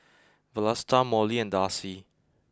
Vlasta Mollie and Darci